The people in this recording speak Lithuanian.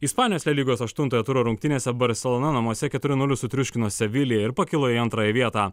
ispanijos e lygos aštunto turo rungtynėse barselona namuose keturi nulis sutriuškino seviliją ir pakilo į antrąją vietą